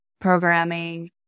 programming